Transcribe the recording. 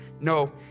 No